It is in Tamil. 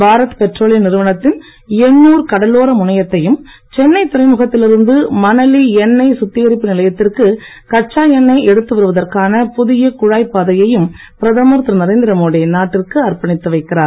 பாரத் பெட்ரோலிய நிறுவனத்தின் எண்ணூர் கடலோர முனையத்தையும் சென்னை துறைமுகத்தில் இருந்து மணலி எண்ணெய் சுத்திகரிப்பு நிலையத்திற்கு கச்சா எண்ணெய் எடுத்து வருவதற்கான புதிய குழாய்ப் பாதையையும் பிரதமர் திரு நரேந்திரமோடி நாட்டிற்கு அர்ப்பணித்து வைக்கிறார்